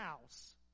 house